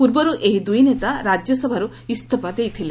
ପୂର୍ବରୁ ଏହି ଦୁଇ ନେତା ରାଜ୍ୟସଭାରୁ ଇସ୍ତଫା ଦେଇଥିଲେ